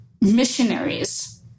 missionaries